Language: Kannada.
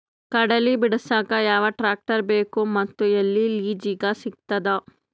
ಕಡಲಿ ಬಿಡಸಕ್ ಯಾವ ಟ್ರ್ಯಾಕ್ಟರ್ ಬೇಕು ಮತ್ತು ಎಲ್ಲಿ ಲಿಜೀಗ ಸಿಗತದ?